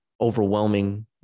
overwhelming